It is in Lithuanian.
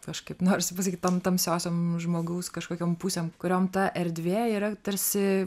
kažkaip norisi pasakyt tam tamsiosiom žmogaus kažkokiom pusėm kuriom ta erdvė yra tarsi